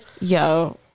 yo